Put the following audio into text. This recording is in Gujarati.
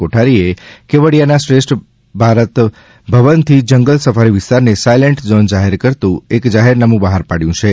કોઠારીએ કેવડીયાના શ્રેષ્ઠ ભારત ભવનથી જંગલ સફારી વિસ્તારને સાયલન્ટ ઝોન જાહેર કરતો એક જાહેરનામું બહાર પાડ્યું છે